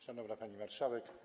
Szanowna Pani Marszałek!